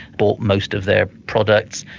bought most of their products,